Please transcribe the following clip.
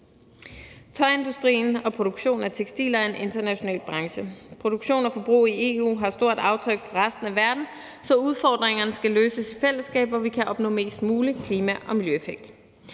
Tøjindustrien og produktionen af tekstiler er en international branche. Produktion og forbrug i EU har stort aftryk på resten af verden, så udfordringerne skal løses i fællesskab, hvor vi kan opnå mest mulig klima- og miljøeffekt.